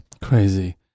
Crazy